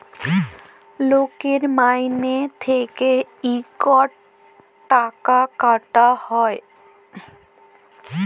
লকের মাইলে থ্যাইকে ইকট টাকা কাটা হ্যয়